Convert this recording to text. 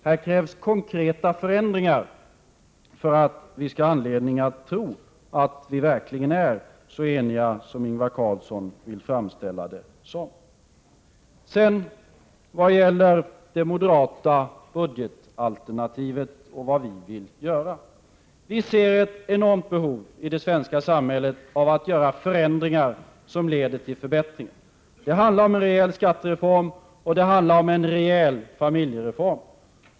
Här krävs konkreta förändringar för att vi skall ha anledning att tro att vi verkligen är så eniga som Ingvar Carlsson vill framställa det som. Beträffande det moderata budgetalternativet och vad vi vill göra: Vi ser ett enormt behov i det svenska samhället av att göra förändringar som leder till förbättringar. Det handlar om en rejäl skattereform och en rejäl familjereform.